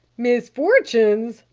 misfortunes?